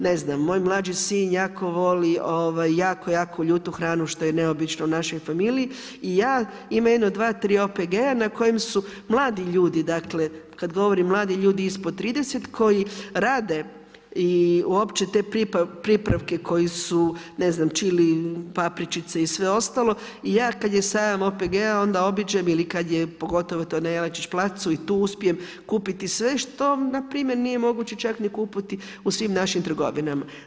Ne, znam, moj mlađi sin jako voli, jako, jako ljuti hranu, što je neobično u našoj familiji i ja, ima jedno 2, 3 OPG-a na kojem su mladi ljudi, dakle, kad govorim mladi ljudi ispod 30 koji rade i uopće te pripravke koji su ne znam, čili, papričice i sve ostalo i ja kada je sajam OPG-a onda obiđem ili kada je pogotovo to na Jelačić placu i tu uspijem kupiti sve što npr. nije moguće čak ni kupiti u svim našim trgovinama.